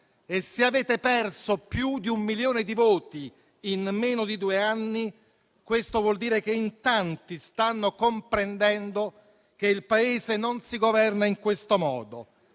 Se avete perso più di un milione di voti in meno di due anni, vuol dire che in tanti stanno comprendendo che il Paese non si governa in questo modo,